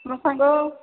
ମୋ ସାଙ୍ଗ